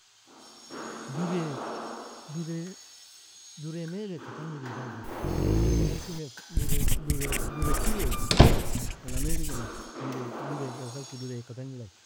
Dure dure dure mail ek tagniri ka algi, Elfim mail ka dure dure dure kilo ek, Ola mail igina dure dure ai ghayıto dure eka tagnir ay.